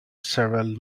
several